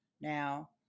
now